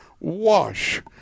wash